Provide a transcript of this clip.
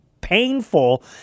painful